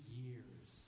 years